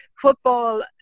football